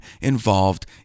involved